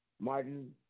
Martin